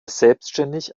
selbständig